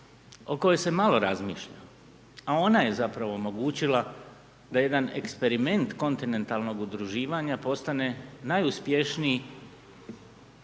o kojoj se malo razmišlja, a ona je zapravo omogućila da jedan eksperimet kontinentalnog udruživanja postane najuspješniji